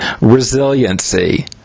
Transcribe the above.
resiliency